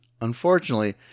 Unfortunately